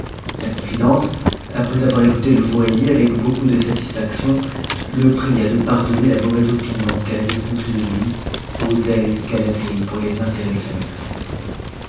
m idente après avoir écouté le joaillier avec beaucoup de satis j pria de pardonner la mauvaise opinion qu'elle avait conçue de i au zèle qu'elle avait pour les intérêts de sa maîtresse